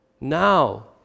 Now